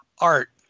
art